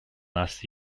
last